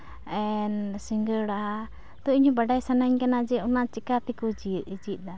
ᱥᱤᱸᱜᱟᱹᱲᱟ ᱛᱚ ᱤᱧ ᱫᱚ ᱵᱟᱰᱟᱭ ᱥᱟᱱᱟᱧ ᱠᱟᱱᱟ ᱡᱮ ᱚᱱᱟ ᱪᱮᱠᱟᱛᱮᱠᱚ ᱪᱮ ᱪᱮᱫ ᱫᱟ